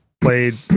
played